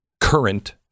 current